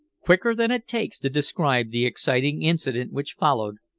quicker than it takes to describe the exciting incident which followed,